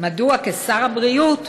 מדוע כשר הבריאות